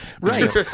Right